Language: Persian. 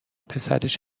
پسرش